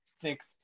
six